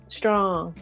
strong